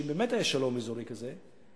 שאם באמת יהיה שלום אזורי כזה,